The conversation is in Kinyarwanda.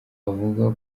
avuga